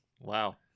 Wow